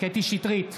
קטי קטרין שטרית,